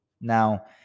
Now